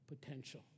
potential